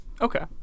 Okay